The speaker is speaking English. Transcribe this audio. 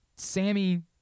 Sammy